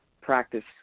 practice